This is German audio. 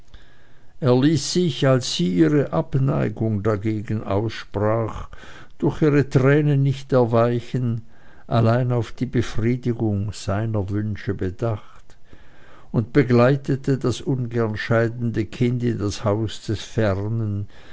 er ließ sich als sie ihre abneigung dagegen aussprach durch ihre tränen nicht erweichen allein auf die befriedigung seiner wünsche bedacht und begleitete das ungern scheidende kind in das haus des fernen